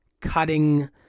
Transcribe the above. cutting